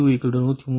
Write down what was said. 33 ஆக இருக்கும்